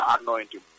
anointing